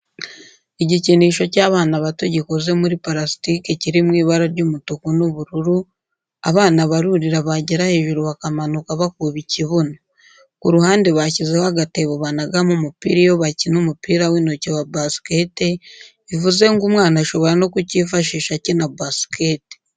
Igikinisho cy'abana bato gikoze muri parasitike kiri mu ibara ry'umutuku n'ubururu, abana barurira bagera hejuru bakamanuka bakuba ikibuno. Ku ruhande bashyizeho agatebo banagamo umupira iyo bakina umupira w'intoki wa basikete, bivuze ngo umwana ashobora no ku kifashisha akina basikete.